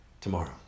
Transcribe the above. tomorrow